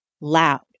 loud